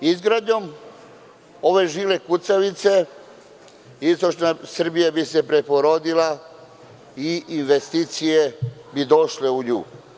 Izgradnjom ove žile kucavice istočna Srbija bi se preporodila i investicije bi došle u nju.